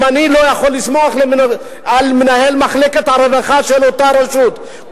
אם אני לא יכול לסמוך על מנהל מחלקת הרווחה של אותה רשות,